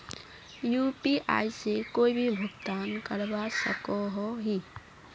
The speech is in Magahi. यु.पी.आई से कोई भी भुगतान करवा सकोहो ही?